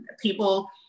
people